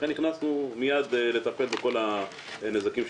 נכון לרגע זה עדיין אנשים לא נכנסו ולא יכולים להיכנס לבתים.